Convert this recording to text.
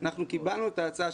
וקיבלנו אותה.